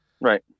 right